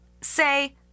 Say